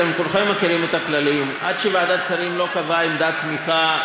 אתם כולכם מכירים את הכללים: עד שוועדת שרים לא קבעה עמדת תמיכה,